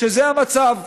שזה המצב.